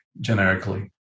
generically